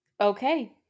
Okay